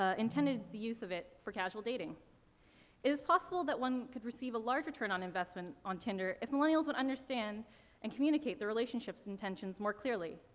ah intended the use of it for casual dating. it is possible that one could receive a large return on investment on tinder if millennials would understand and communicate their relationship's intentions more clearly.